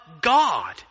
God